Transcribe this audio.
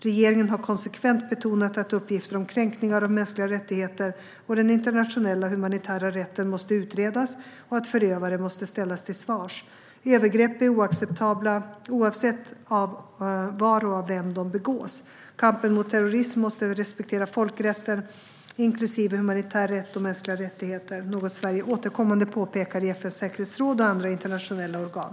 Regeringen har konsekvent betonat att uppgifter om kränkningar av mänskliga rättigheter och den internationella humanitära rätten måste utredas och att förövare måste ställas till svars. Övergrepp är oacceptabla oavsett var och av vem de begås. Kampen mot terrorism måste respektera folkrätten, inklusive humanitär rätt och mänskliga rättigheter. Det är något Sverige återkommande påpekar i FN:s säkerhetsråd och andra internationella organ.